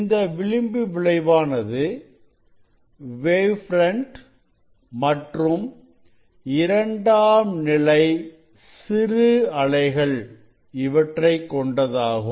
இந்த விளிம்பு விளைவானது வேவ் ஃப்ரண்ட் மற்றும் இரண்டாம் நிலை சிறு அலைகள் இவற்றை கொண்டதாகும்